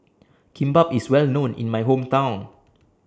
Kimbap IS Well known in My Hometown